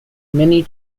many